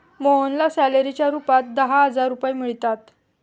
मोहनला सॅलरीच्या रूपात दहा हजार रुपये मिळतात